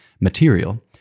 material